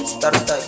Start